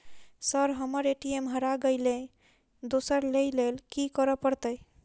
Sir हम्मर ATM हरा गइलए दोसर लईलैल की करऽ परतै?